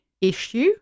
issue